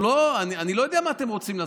אני לא יודע מה אתם רוצים לעשות.